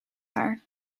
haar